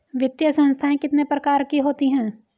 वित्तीय संस्थाएं कितने प्रकार की होती हैं?